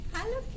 Hello